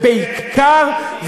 30 שנה אתם בשלטון.